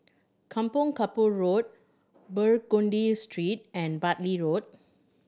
Kampong Kapor Road Burgundy Straight and Bartley Road